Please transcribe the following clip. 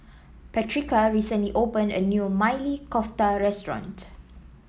Patrica recently opened a new Maili Kofta Restaurant